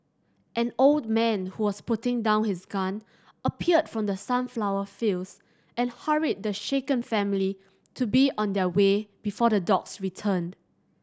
an old man who was putting down his gun appeared from the sunflower fields and hurried the shaken family to be on their way before the dogs return